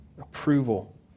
approval